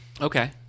Okay